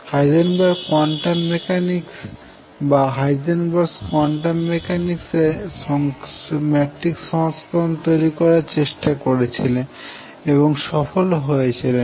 Heisenberg quantum mechanics Heisenberg's quantum mechanics এর matrix সংস্করণ তৈরি করার চেষ্টা করেছিলেন এবং সফলও হয়েছিলেন